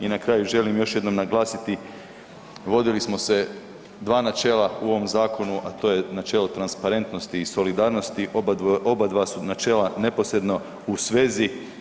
I na kraju želim još jednom naglasiti vodili smo se dva načela u ovom zakonu, a to je načelo transparentnosti i solidarnosti, oba dva su načela neposredno u svezi.